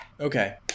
Okay